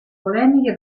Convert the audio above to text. polemiche